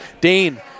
Dane